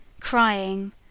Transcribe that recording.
crying